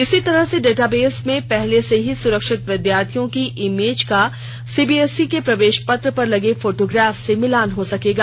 इसी तरह से डाटाबेस में पहले से ही सुरक्षित विद्यार्थी की इमेज का सीबीएसई के प्रवेश पत्र पर लगे फोटोग्राफ से मिलान हो सकेगा